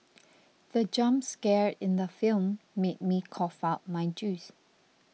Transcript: the jump scare in the film made me cough out my juice